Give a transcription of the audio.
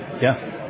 Yes